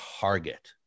target